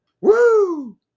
woo